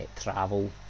travel